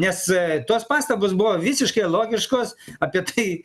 nes tos pastabos buvo visiškai logiškos apie tai